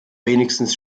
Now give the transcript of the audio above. wenigstens